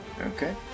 Okay